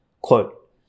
Quote